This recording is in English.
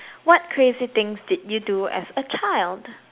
what crazy things did you do as a child